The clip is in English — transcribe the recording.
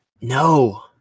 No